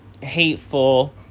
hateful